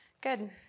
Good